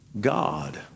God